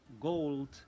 gold